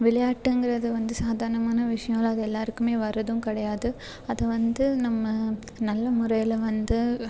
விளையாட்டுங்கிறது வந்து சாதாரணமான விஷயோம் இல்லை அது எல்லாருக்குமே வரதும் கிடையாது அது வந்து நம்ம நல்ல முறையில் வந்து